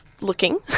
looking